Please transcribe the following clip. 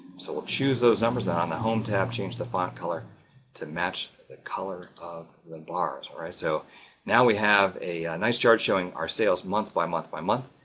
so, we'll choose those numbers then on the home tab change the font color to match the color of the bars. all right! so now, we have a nice chart showing our sales month, by month, by month,